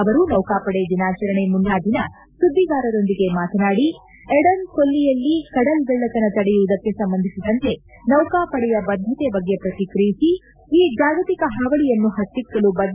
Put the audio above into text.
ಅವರು ನೌಕಾಪಡೆ ದಿನಾಚರಣೆ ಮುನ್ನಾ ದಿನ ಸುದ್ವಿಗಾರರೊಂದಿಗೆ ಮಾತನಾಡಿ ಏಡನ್ ಕೊಲ್ಲಿಯಲ್ಲಿ ಕಡಲ್ಗಳ್ಳತನ ತಡೆಯುವುದಕ್ಕೆ ಸಂಬಂಧಿಸಿದಂತೆ ನೌಕಾಪಡೆಯ ಬದ್ಧತೆ ಬಗ್ಗೆ ಪ್ರತಿಕ್ರಿಯಿಸಿ ಈ ಜಾಗತಿಕ ಹಾವಳಿಯನ್ನು ಹತ್ತಿಕ್ಕಲು ಬದ್ದವಾಗಿರುವುದಾಗಿ ತಿಳಿಸಿದರು